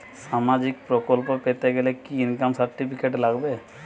সামাজীক প্রকল্প পেতে গেলে কি ইনকাম সার্টিফিকেট লাগবে?